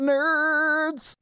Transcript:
Nerds